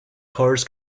cars